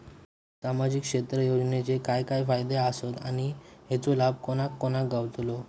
सामजिक क्षेत्र योजनेत काय काय फायदे आसत आणि हेचो लाभ कोणा कोणाक गावतलो?